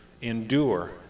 endure